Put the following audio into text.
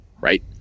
Right